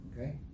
Okay